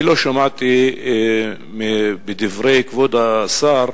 אני לא שמעתי בדברי כבוד השר,